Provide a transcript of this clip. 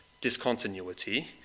discontinuity